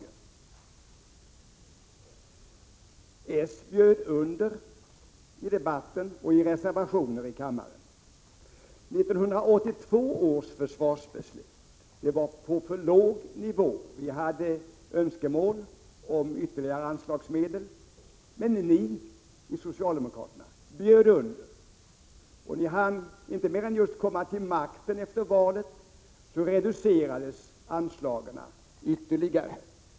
Socialdemokraterna bjöd under i debatten och i reservationer i kammaren. 1982 års försvarsbeslut var på för låg nivå. Vi hade i en reservation önskemål om ytterligare anslagsmedel, men ni socialdemokrater bjöd under. Ni hann inte mer än komma till makten efter valet förrän anslagen reducerades ytterligare.